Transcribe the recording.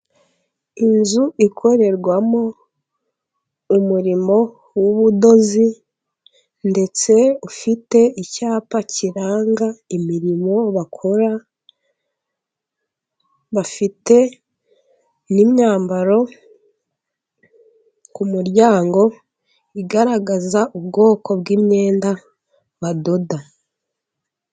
Inzu ikorerwamo umurimo w'ubudozi, ndetse ufite icyapa kiranga imirimo bakora, bafite n'imyambaro ku muryango igaragaza ubwoko bw'imyenda badoda.